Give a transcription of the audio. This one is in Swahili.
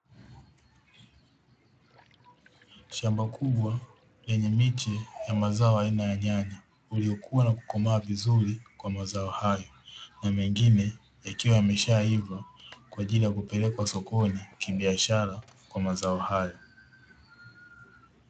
Shamba kubwa lenye miche ya mazao aina ya nyanya uliokuwa na kukomaa vizuri kwa mazao hayo na mengine yakiwa yameshaiva kwa ajili ya kupelekwa sokoni kibiashara kwa mazao haya.